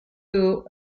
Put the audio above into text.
who